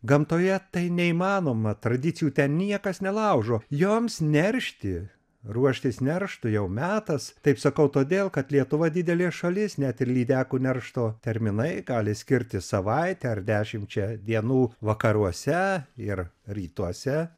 gamtoje tai neįmanoma tradicijų ten niekas nelaužo joms neršti ruoštis nerštui jau metas taip sakau todėl kad lietuva didelė šalis net ir lydekų neršto terminai gali skirtis savaite ar dešimčia dienų vakaruose ir rytuose